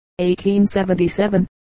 1877